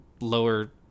lower